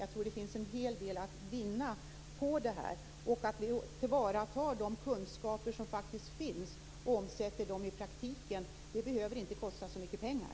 Jag tror att det finns en hel del att vinna på det här och på att vi tillvaratar de kunskaper som faktiskt finns och omsätter dem i praktiken. Det behöver inte kosta så mycket pengar.